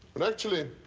but actually,